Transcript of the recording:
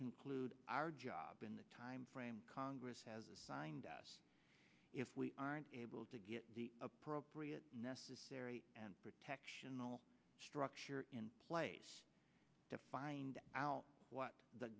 conclude our job in the timeframe congress has assigned us if we aren't able to get the appropriate necessary and protection all structure in place to find out what the